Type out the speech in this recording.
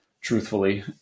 truthfully